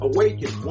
Awaken